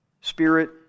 spirit